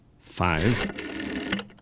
five